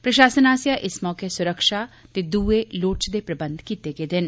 प्रशासन आस्सेआ इस मौके सुरक्षा ते दुए लोड़चदे प्रबंध कीते गेदे न